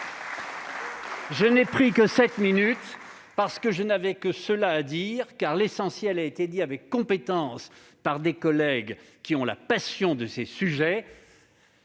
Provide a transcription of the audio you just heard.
Je n'ai pris que sept minutes, parce que je n'avais que cela à dire, l'essentiel ayant été exprimé avec compétence par des collègues qui ont la passion de ces sujets.